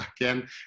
again